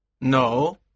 No